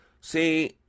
See